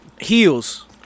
Heels